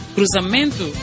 Cruzamento